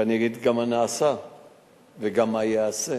ואני אגיד גם מה נעשה וגם מה ייעשה.